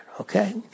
okay